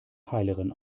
heilerin